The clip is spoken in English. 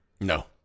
No